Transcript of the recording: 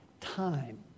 time